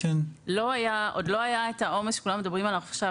עוד לא היה העומס שכולם מדברים עליו עכשיו.